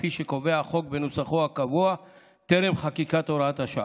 כפי שקובע החוק בנוסחו הקבוע טרם חקיקת הוראת השעה.